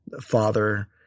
father